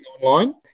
online